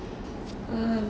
um